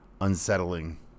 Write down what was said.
unsettling